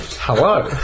Hello